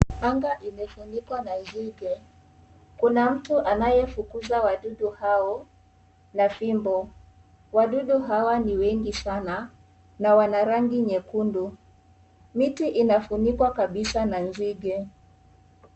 Anga imefunikwa na nzige. Kuna mtu anayefukuza wadudu hao na fimbo. Wadudu hawa ni wengi sana na Wana rangi nyekundu. Miti inafunikwa kabisa na nzige.